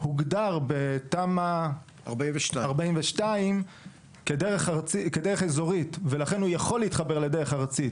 הוגדר בתמ"א 42 כדרך אזורית ולכן הוא יכול להתחבר לדרך ארצית.